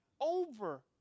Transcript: Over